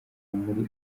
muri